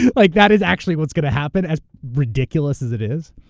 like that is actually what's going to happen. as ridiculous as it is,